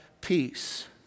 peace